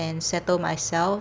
and settle myself